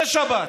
בשבת.